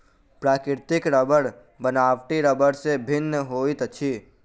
प्राकृतिक रबड़ बनावटी रबड़ सॅ भिन्न होइत अछि